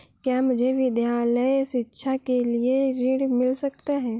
क्या मुझे विद्यालय शिक्षा के लिए ऋण मिल सकता है?